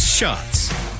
Shots